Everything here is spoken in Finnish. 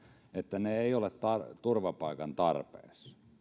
että he eivät ole turvapaikan tarpeessa